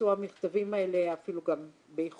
יצאו המכתבים האלה, אפילו באיחור,